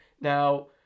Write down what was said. Now